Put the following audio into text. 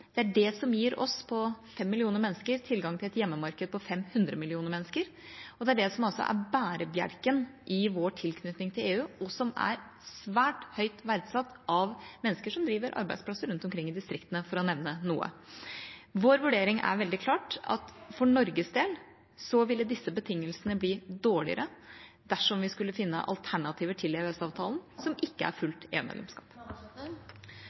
det er det som gir oss – fem millioner mennesker – tilgang til et hjemmemarked på 500 millioner mennesker. Og det er det som er bærebjelken i vår tilknytning til EU, og som er svært høyt verdsatt av mennesker som driver arbeidsplasser rundt omkring i distriktene, for å nevne noe. Vår vurdering er, veldig klart, at for Norges del ville disse betingelsene bli dårligere dersom vi skulle finne alternativer til EØS-avtalen som ikke er